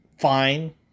fine